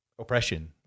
oppression